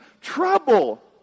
trouble